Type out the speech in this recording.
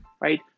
right